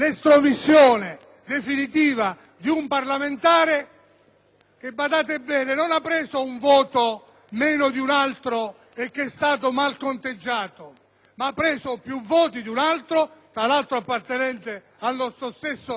che, badate bene, non ha preso un voto meno di un altro e che è stato mal conteggiato. Ha preso, invece, più voti di un altro - tra l'altro appartenente al nostro stesso schieramento politico, per cui non facciamo questioni di interesse